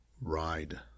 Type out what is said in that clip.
ride